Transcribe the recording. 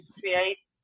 create